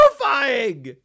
terrifying